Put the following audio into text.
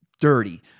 Dirty